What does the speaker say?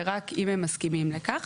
ורק אם הם מסכימים לכך.